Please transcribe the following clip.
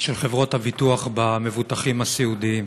של חברות הביטוח במבוטחים הסיעודיים.